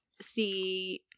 see